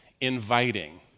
inviting